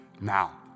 now